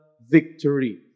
victory